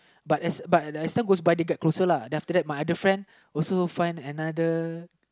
but as but as time goes by they get closer lah then after that my friend also find another